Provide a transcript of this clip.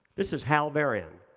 this is hal varian.